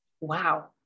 Wow